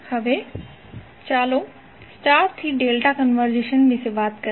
હવે ચાલો સ્ટારથી ડેલ્ટા કન્વર્ઝન વિશે વાત કરીએ